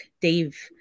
dave